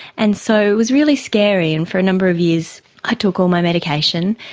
and so it was really scary and for a number of years i took all my medication.